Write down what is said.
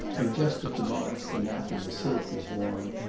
and just at the marks the nap of the silk was worn,